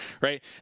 right